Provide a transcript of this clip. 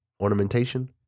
ornamentation